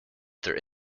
there